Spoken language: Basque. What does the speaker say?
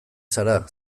zara